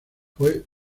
fue